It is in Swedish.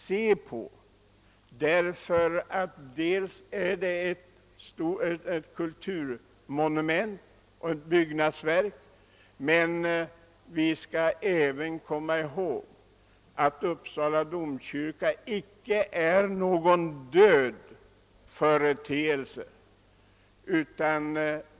Det rör sig om ett kulturmonument, men vi skall också komma ihåg att Uppsala domkyrka inte är någon död företeelse.